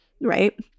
right